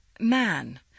Man